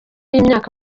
y’imyaka